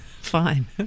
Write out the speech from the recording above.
Fine